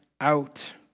out